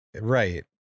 Right